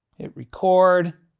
hit record.